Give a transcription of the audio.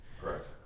Correct